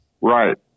Right